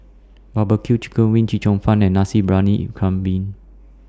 Barbecue Chicken Wings Chee Cheong Fun and Nasi Briyani Kambing